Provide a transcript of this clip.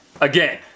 again